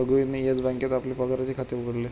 रघुवीरने येस बँकेत आपले पगाराचे खाते उघडले